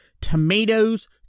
Tomatoes